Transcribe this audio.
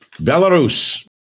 Belarus